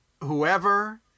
whoever